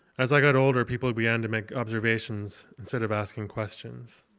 as i got older, people began to make observations instead of asking questions.